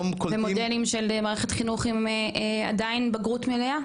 ומודלים של מערכת חינוך עדיין עם בגרות מלאה.